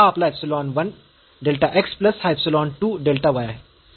तर हा आपला इप्सिलॉन 1 डेल्टा x प्लस हा इप्सिलॉन 2 डेल्टा y आहे